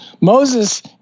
Moses